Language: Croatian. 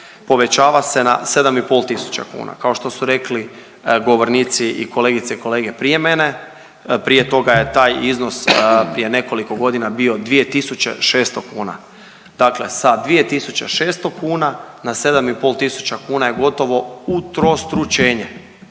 povećava se na 7.500 kuna. Kao što su rekli govornici i kolegice i kolege prije mene prije toga je taj iznos, prije nekoliko godina bio 2.600 kuna. Dakle, sa 2.600 kuna na 7.500 kuna je gotovo utrostručenje.